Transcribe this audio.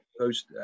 post